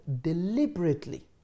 deliberately